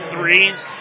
threes